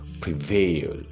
prevail